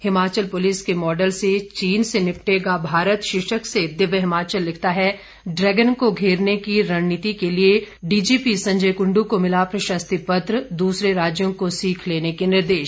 Himachal police के model से चीन से निपटेगा भारत शीर्षक से दिव्य हिमाचल लिखता है ड्रैगन को घेरने की रणनीति के लिए डीजीपी संजय कुंडू को मिला प्रशस्ति पत्र दूसरे राज्यों को सीख लेने के निर्देश